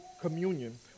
communion